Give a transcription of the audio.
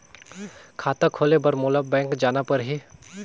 खाता खोले बर मोला बैंक जाना परही?